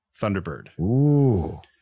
Thunderbird